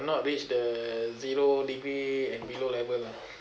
not reach the zero degree and below level lah